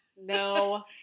No